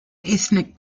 ethnic